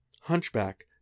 hunchback